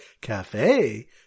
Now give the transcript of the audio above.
cafe